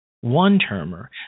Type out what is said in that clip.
one-termer